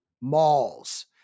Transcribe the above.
malls